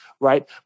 right